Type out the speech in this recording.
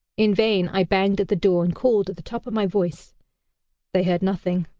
in vain i banged at the door and called at the top of my voice they heard nothing.